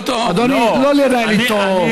לא לנהל איתו,